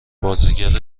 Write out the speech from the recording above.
بازیگر